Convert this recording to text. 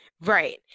right